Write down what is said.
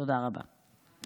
תודה רבה.